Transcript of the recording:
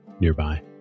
nearby